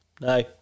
No